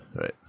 right